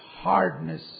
hardness